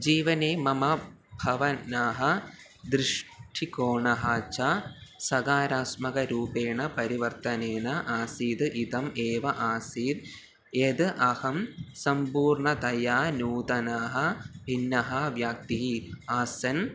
जीवने मम भावनाः दृष्टिकोणः च सकारात्मकरूपेण परिवर्तनेन आसीत् इदम् एव आसीत् यत् अहं सम्पूर्णतया नूतनः भिन्नः व्यक्तिः आसन्